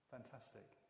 Fantastic